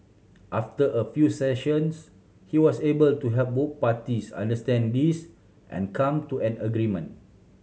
after a few sessions he was able to help both parties unlisted this and come to an agreement